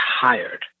tired